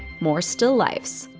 more still lifes,